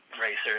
racers